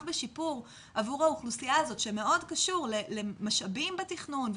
בשיפור עבור האוכלוסייה הזאת שמאוד קשור למשאבים בתכנון,